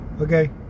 Okay